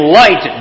light